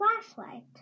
flashlight